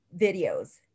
videos